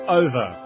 over